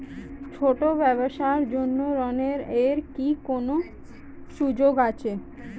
ছোট ব্যবসার জন্য ঋণ এর কি কোন সুযোগ আছে?